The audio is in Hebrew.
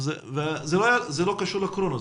זה לא קשור לקורונה,